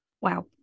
Wow